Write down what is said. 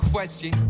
Question